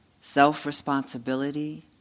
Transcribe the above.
self-responsibility